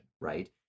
right